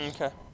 Okay